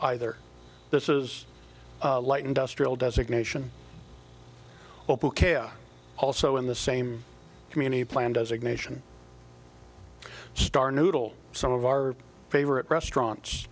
either this is a light industrial designation also in the same community plan designation star noodle some of our favorite restaurants